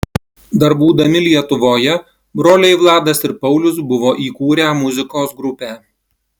dar būdami lietuvoje broliai vladas ir paulius buvo įkūrę muzikos grupę